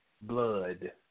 blood